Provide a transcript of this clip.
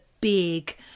big